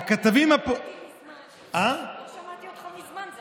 לא שמעתי אותך מזמן.